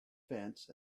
fence